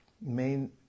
Main